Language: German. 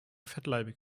fettleibig